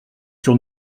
sur